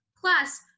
Plus